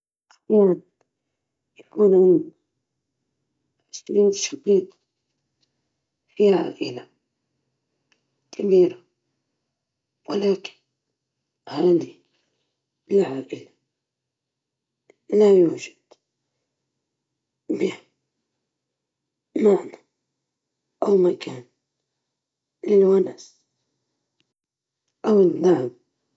نفضل العيش في قرية صغيرة، لأنها تعطيك حياة هادية وبسيطة، فيها علاقات إنسانية أقوى وأعمق، تكون بعيد عن الضجيج والزحمة، وتقدر تستمتع بالطبيعة وتعيش بسلام بعيد عن الصخب اليومي.